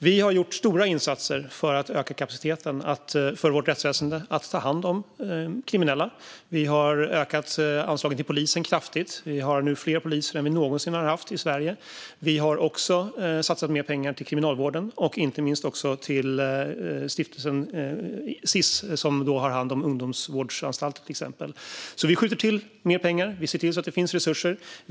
Vi har gjort stora insatser för att öka kapaciteten för rättsväsendet att ta hand om kriminella. Vi har kraftigt ökat anslaget till polisen. Vi har nu fler poliser i Sverige än vi någonsin har haft. Vi har också satsat mer pengar till Kriminalvården och inte minst också till Sis, som har hand om ungdomsvårdsanstalter. Vi skjuter alltså till mer pengar och ser till att det finns resurser.